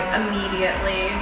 immediately